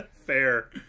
Fair